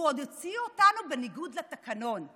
הוא עוד הוציא אותנו בניגוד לתקנון.